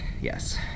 Yes